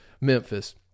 Memphis